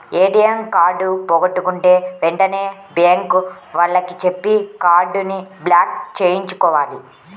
ATM card పోగొట్టుకుంటే వెంటనే bank వాళ్లకి చెప్పి కార్డుని బ్లాక్ చేయించుకోవాలి